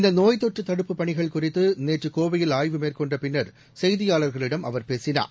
இந்தநோய்தொற்றுதடுப்பு பணிகள் குறித்துநேற்றுகோவையில் மேற்கொண்டபின்னர் செய்தியாள்களிடம் அவர் பேசினார்